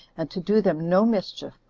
and to do them no mischief,